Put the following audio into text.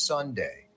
Sunday